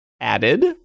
Added